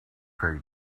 pay